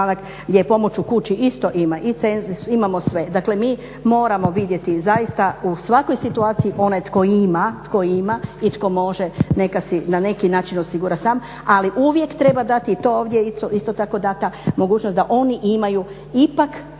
je pomoć u kući isto ima i cenzus imamo sve. Dakle mi moramo vidjeti zaista u svakoj situaciji onaj tko ima i tko može neka si na neki način osigura sam, ali uvijek treba dati i to ovdje je isto tako dana mogućnost da oni imaju ipak